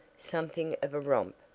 something of a romp,